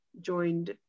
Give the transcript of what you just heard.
joined